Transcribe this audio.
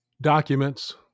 documents